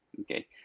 okay